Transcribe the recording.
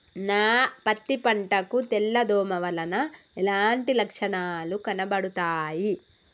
నా పత్తి పంట కు తెల్ల దోమ వలన ఎలాంటి లక్షణాలు కనబడుతాయి?